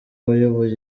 wayoboye